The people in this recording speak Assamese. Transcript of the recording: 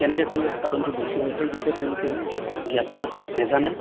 কেনেকে ক'লে উৎপাদনটো বেছি হয় সেই বিষয়ে তেওঁলোকে জ্ঞাত নহয় নেজানেও